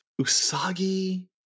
Usagi